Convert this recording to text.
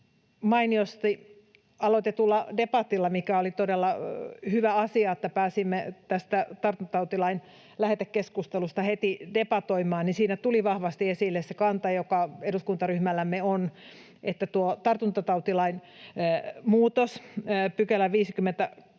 mainiosti aloitetussa debatissa, mikä oli todella hyvä asia, että pääsimme tässä tartuntatautilain lähetekeskustelussa heti debatoimaan, tuli vahvasti esille se kanta, joka eduskuntaryhmällämme on, että tuo tartuntatautilain muutos, 58